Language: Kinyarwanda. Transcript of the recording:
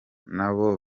nabo